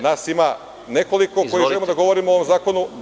Nas ima nekoliko koji treba da govorimo o zakonu